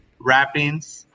Wrappings